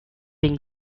being